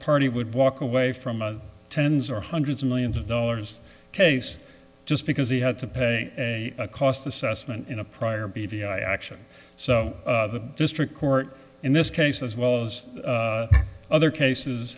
party would walk away from a tens or hundreds of millions of dollars case just because he had to pay a cost assessment in a prior b v i action so the district court in this case as well as other cases